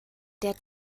der